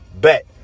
Bet